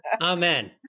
Amen